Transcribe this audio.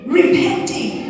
repenting